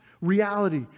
reality